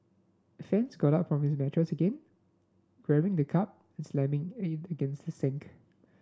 fans got up from his mattress again grabbing the cup and slamming against the sink